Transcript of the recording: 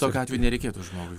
tokiu atveju nereikėtų žmogui